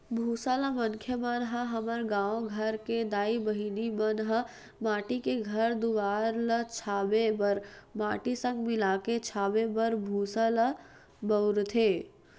भूसा ल मनखे मन ह हमर गाँव घर के दाई बहिनी मन ह माटी के घर दुवार ल छाबे बर माटी संग मिलाके छाबे बर भूसा ल बउरथे